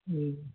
ہوں